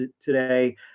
today